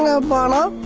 shobana.